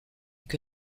que